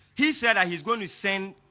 he said i his goal is same